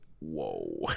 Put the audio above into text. Whoa